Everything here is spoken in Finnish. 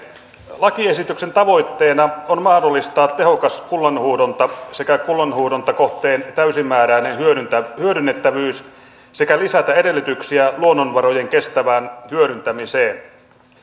lakiesityksen tavoitteena on mahdollistaa tehokas kullanhuuhdonta sekä kullanhuuhdontakohteen täysimääräinen hyödynnettävyys sekä lisätä edellytyksiä luonnonvarojen kestävään hyödyntämiseen